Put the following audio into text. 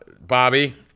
bobby